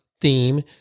theme